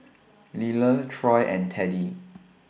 Liller Troy and Teddie